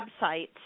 website